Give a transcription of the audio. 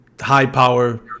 high-power